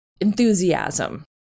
enthusiasm